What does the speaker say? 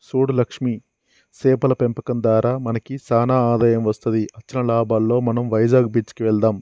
సూడు లక్ష్మి సేపల పెంపకం దారా మనకి సానా ఆదాయం వస్తది అచ్చిన లాభాలలో మనం వైజాగ్ బీచ్ కి వెళ్దాం